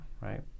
right